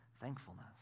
thankfulness